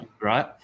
Right